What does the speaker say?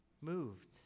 moved